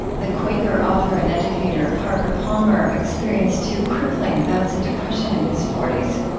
the quaker author and educator, parker palmer, experienced two crippling bouts of depression in his forty s.